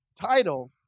title